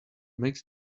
makes